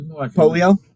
Polio